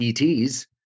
ets